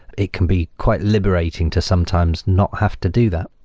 it can be quite liberating to sometimes not have to do that.